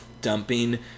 dumping